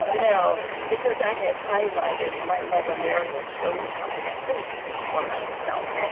and you know because i had highlighted my mother marian showed me how to think for myself.